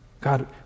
God